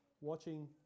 watching